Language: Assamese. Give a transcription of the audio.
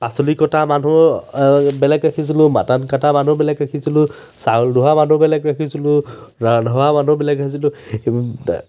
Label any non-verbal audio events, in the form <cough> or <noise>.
পাচলি কটা মানুহ বেলেগ ৰাখিছিলোঁ মাটন কটা মানুহ বেলেগ ৰাখিছিলোঁ চাউল ধোৱা মানুহ বেলেগ ৰাখিছিলোঁ ৰন্ধা মানুহ বেলেগ ৰাখিছিলোঁ <unintelligible>